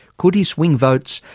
could he swing votes,